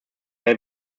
sehr